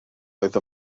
oedd